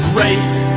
race